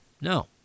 no